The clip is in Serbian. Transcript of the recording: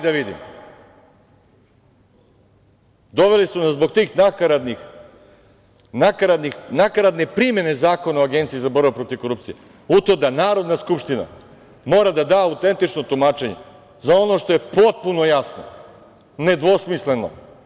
Doveli su nas zbog te nakaradne primene Zakona o Agenciji za borbu protiv korupcije u to da Narodna skupština mora da da autentično tumačenje za ono što je potpuno jasno, nedvosmisleno.